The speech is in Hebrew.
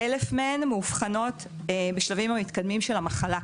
כ-1,000 מהן מאובחנות בשלבים המתקדמים של המחלה,